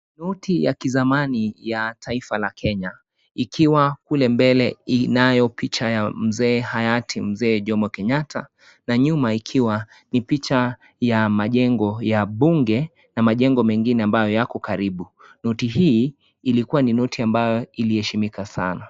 Noti ya kizamani ya Taifa la Kenya ikiwa kule mbele inayo picha ya mzee hayati Mzee Jomo Kenyatta na nyuma ikiwa ni picha ya majengo ya bunge na ,machengo angine ambayo yako karibu, noti hii ilikuwa ni noti ambayo iliheshimika sana.